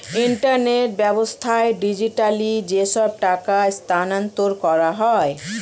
internet ব্যাবস্থায় digitally যেসব টাকা স্থানান্তর করা হয়